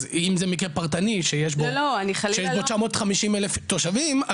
אז אם זה מקרה פרטני שיש בו 950 אלף תושבים,